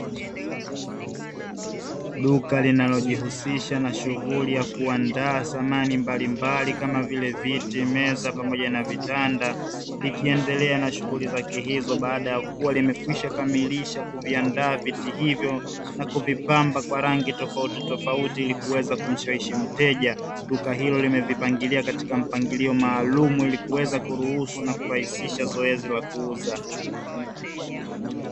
Duka linalojihusisha na shughuli ya kuandaa samani mbalimbali kama vile: viti, meza pamoja na vitanda, likiendelea na shughuli zake hizo baada ya kuwa limekwishakamilisha kuviandaa viti hivyo na kuvipamba kwa rangi tofautitofauti ili kuweza kumshawishi mteja. Duka hilo limevipangilia katika mpangilio maalumu, ili kuweza kuruhusu na kurahisisha zoezi la kuuza.